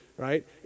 right